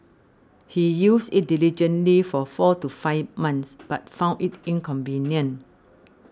he used it diligently for four to five months but found it inconvenient